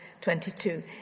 22